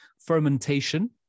Fermentation